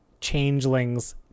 changelings